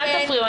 אל תפריעו,